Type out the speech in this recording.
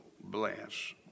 bless